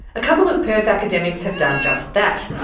a couple of perth academics have done just that,